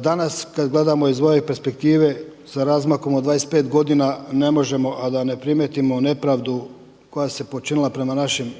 Danas kada gledamo iz ove perspektive sa razmakom od dvadeset pet godina ne možemo a da ne primijetimo nepravdu koja se počinila prema našim